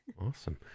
awesome